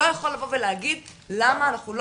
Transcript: שלא יכול לבוא ולהגיד למה אנחנו לא